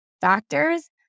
factors